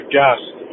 guest